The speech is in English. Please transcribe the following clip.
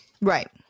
Right